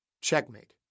Checkmate